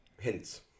hints